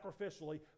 sacrificially